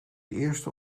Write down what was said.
eerste